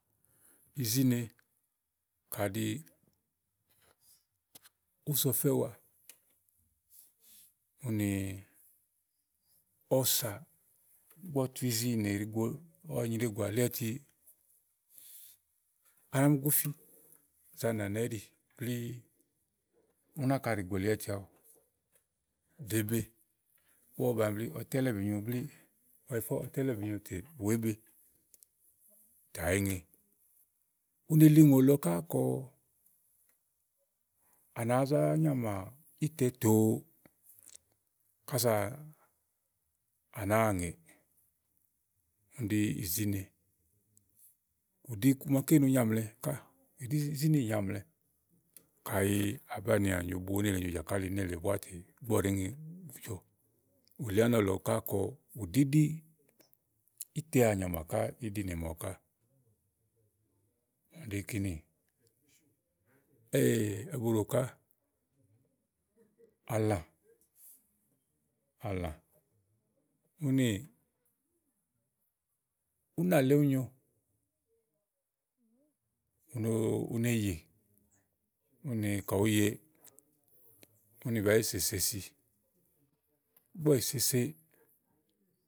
izìne kàɖi òó so ɔfɛ́ waa úni ɔwɔ sàà ígbɔ ɔwɔ tu iziìnè ɖiigbo, ɔwɔ nyregùà li áyiti à nà mì gofi ànà nà íɖì blíí yá úni náka líí áyiti aɖu ɖèe be ígbɔ ɔwɔ gagla ɖèé, ɔwɔ tálɔ ìbì nyo blí, ɔwɔ yifá ɔwɔ tálɔ ìbì nyo tè wèé be kày, ú ne li ùŋò lɔ ká kɔ à nàáá zá nyamà ítɛ tòo kása à nàáa ŋèè. úni ɖí izí ne, ù ɖi iku maké no nyaàmlɛ ká. úni izí ne nyàaàmlɛ. kayi àá banìià nyo búwa nélèe nyo jàkáli búá tè ígbɔ ɔwɔ ɖèé ŋe, ùú jɔ. ù liánɔ̀lɔ ká kɔn, ù ɖíɖí ítɛ ànyàmà ká í ɖìnè màawu ká, yá úni ɖí kínì ɛ̀buɖò ká àlã, àlã únì únà lèe úni nyo u no, une yè úni ka ùú ye úni bàá yi sèesesi ígbɔ ɔwɛ yi sese.